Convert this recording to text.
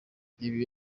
ibi